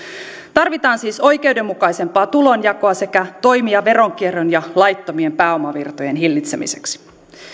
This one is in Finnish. tarvitaan siis oikeudenmukaisempaa tulonjakoa sekä toimia veronkierron ja laittomien pääomavirtojen hillitsemiseksi